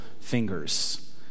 fingers